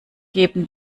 geben